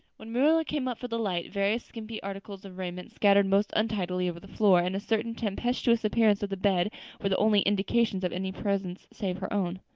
when marilla came up for the light various skimpy articles of raiment scattered most untidily over the floor and a certain tempestuous appearance of the bed were the only indications of any presence save her own.